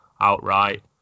outright